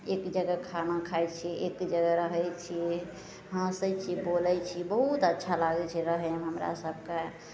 एक जगह खाना खाइ छिए एक जगह रहै छिए हँसै छिए बोलै छिए बहुत अच्छा लागै छै रहैमे हमरा सभके